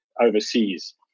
overseas